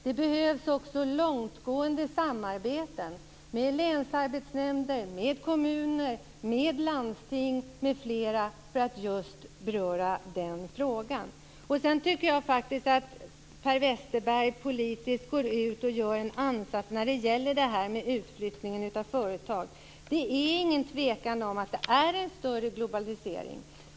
Det behövs också långtgående samarbete med länsarbetsnämnder, kommuner, landsting m.fl. i denna fråga. Jag tycker att Per Westerberg går ut politiskt och gör en ansats när det gäller utflyttningen av företag. Det är ingen tvekan om att det är en större globalisering.